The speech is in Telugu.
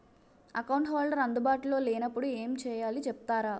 అకౌంట్ హోల్డర్ అందు బాటులో లే నప్పుడు ఎం చేయాలి చెప్తారా?